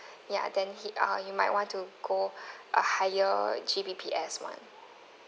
ya then he uh you might want to go a higher G_B_P_S [one]